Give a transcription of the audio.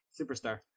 Superstar